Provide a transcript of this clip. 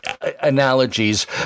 analogies